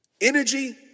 Energy